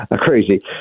crazy